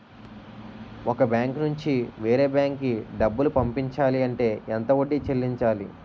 ఒక బ్యాంక్ నుంచి వేరే బ్యాంక్ కి డబ్బులు పంపించాలి అంటే ఎంత వడ్డీ చెల్లించాలి?